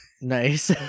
Nice